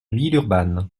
villeurbanne